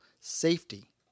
Safety